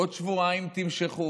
עוד שבועיים תמשכו,